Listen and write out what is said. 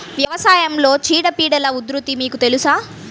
వ్యవసాయంలో చీడపీడల ఉధృతి మీకు తెలుసా?